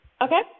Okay